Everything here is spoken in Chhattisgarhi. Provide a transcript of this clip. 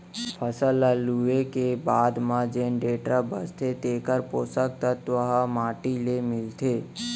फसल ल लूए के बाद म जेन डेंटरा बांचथे तेकर पोसक तत्व ह माटी ले मिलथे